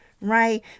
right